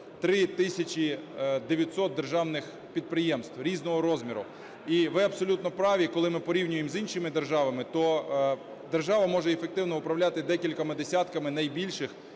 900 державних підприємств різного розміру. І ви абсолютно праві, коли ми порівнюємо з іншими державами, то держава може ефективно управляти декількома десятками найбільших